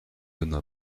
donnent